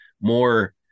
more